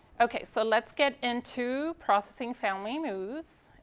okay. so let's get into processing family moves.